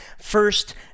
first